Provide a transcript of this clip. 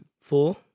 Four